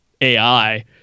AI